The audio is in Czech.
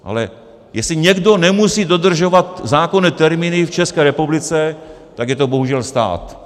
Ale jestli někdo nemusí dodržovat zákonné termíny v České republice, tak je to bohužel stát.